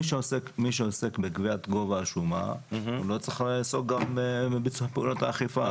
מי שעוסק בקביעת גובה השומה לא צריך לעסוק גם בביצוע פעולות האכיפה.